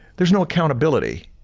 there is no accountability.